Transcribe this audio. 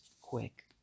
quick